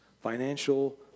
financial